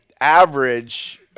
average